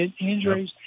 injuries